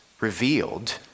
revealed